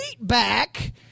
back